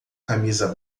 camisa